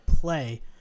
play